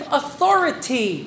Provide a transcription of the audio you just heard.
authority